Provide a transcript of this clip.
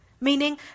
meaning